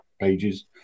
pages